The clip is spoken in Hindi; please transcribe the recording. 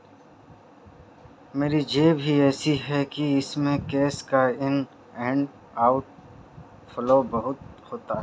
मेरी जॉब ही ऐसी है कि इसमें कैश का इन एंड आउट फ्लो बहुत होता है